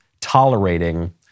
tolerating